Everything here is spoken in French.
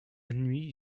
nuit